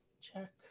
check